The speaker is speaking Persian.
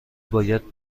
باید